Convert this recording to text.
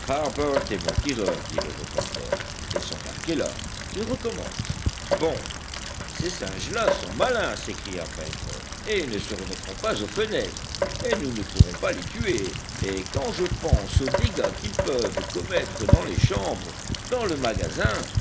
est bon tireur dit le reporter et son arc est là qu'il recommence bon ces singes là sont malins s'écria pencroff et ils ne se remettront pas aux fenêtres et nous ne pourrons pas les tuer et quand je pense aux dégâts qu'ils peuvent commettre dans les chambres dans le magasin